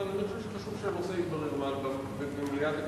אבל אני חושב שחשוב שהנושא התברר במליאת הכנסת,